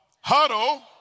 huddle